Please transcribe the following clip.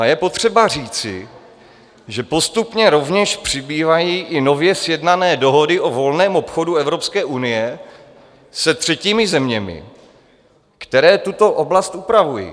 A je potřeba říci, že postupně rovněž přibývají i nově sjednané dohody o volném obchodu Evropské unie se třetími zeměmi, které tuto oblast upravují.